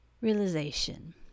realization